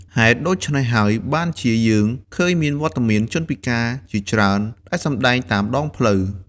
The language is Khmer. ហេតុដូច្នេះហើយ បានជាយើងឃើញមានវត្តមាន ជនពិការ ជាច្រើនដែលសម្ដែងតាមដងផ្លូវ។